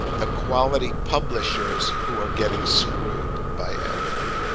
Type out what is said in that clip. the quality publishers who are getting screwed by ad fraud.